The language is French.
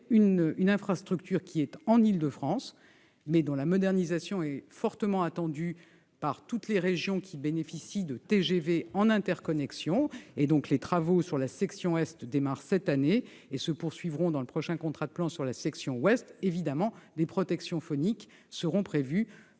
une infrastructure située en Île-de-France, sa modernisation est fortement attendue par toutes les régions qui bénéficient de TGV en interconnexion. Absolument ! Les travaux sur la section est démarrent cette année et se poursuivront, au titre du prochain contrat de plan, sur la section ouest. Évidemment, des protections phoniques seront mises